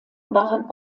waren